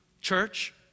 Church